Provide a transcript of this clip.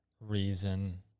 reason